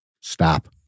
Stop